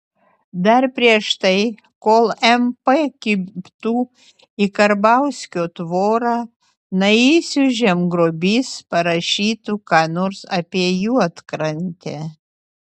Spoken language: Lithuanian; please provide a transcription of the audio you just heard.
dar prieš tai kol mp kibtų į karbauskio tvorą naisių žemgrobys parašytų ką nors apie juodkrantę